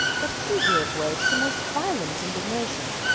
but he gave way to the most violent indignation